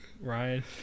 Ryan